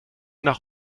nach